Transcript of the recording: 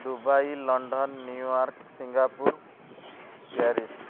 Dubai London New York Singapore Paris